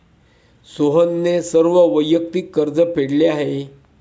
सोहनने सर्व वैयक्तिक कर्ज फेडले आहे